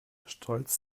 stolz